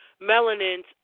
melanin's